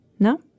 No